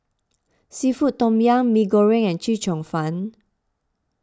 Seafood Tom Yum Mee Goreng and Chee Cheong Fun